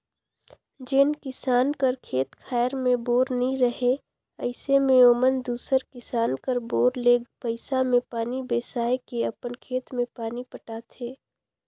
जेन किसान कर खेत खाएर मे बोर नी रहें अइसे मे ओमन दूसर किसान कर बोर ले पइसा मे पानी बेसाए के अपन खेत मे पानी पटाथे